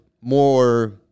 more